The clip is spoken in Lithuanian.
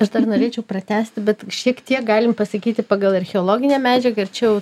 aš dar norėčiau pratęsti bet šiek tiek galim pasakyti pagal archeologinę medžiagą ir čia jau